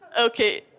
Okay